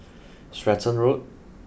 Stratton Road